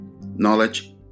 knowledge